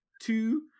Two